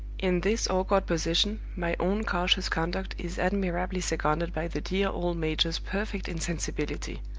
in this awkward position, my own cautious conduct is admirably seconded by the dear old major's perfect insensibility.